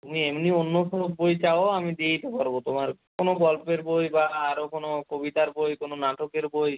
তুমি এমনি অন্য কোনো বই চাও আমি দিয়ে দিতে পারবো তোমার কোনো গল্পের বই বা আরও কোনো কবিতার বই কোনো নাটকের বই